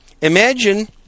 Imagine